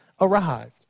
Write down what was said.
arrived